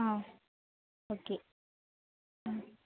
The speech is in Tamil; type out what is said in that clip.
ஆ ஓகே ம்